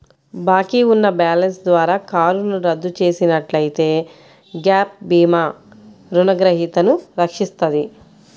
బాకీ ఉన్న బ్యాలెన్స్ ద్వారా కారును రద్దు చేసినట్లయితే గ్యాప్ భీమా రుణగ్రహీతను రక్షిస్తది